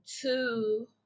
Two